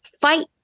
fight